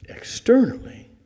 Externally